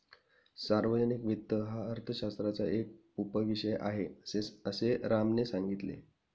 सार्वजनिक वित्त हा अर्थशास्त्राचा एक उपविषय आहे, असे रामने सांगितले